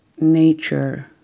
nature